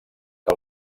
que